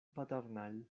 paternal